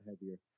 heavier